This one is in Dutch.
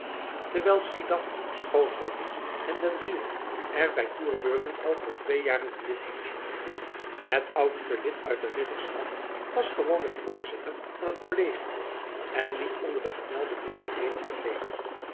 terwijl schiedam schoonhoven en den briel er by toerbeurten elk voor twee jaren een lid heen zonden het oudste lid uit de ridderschap was gewoonlijk voorzitter van het kollegie en niet onder de gemelde negen leden begrepen